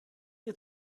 ihr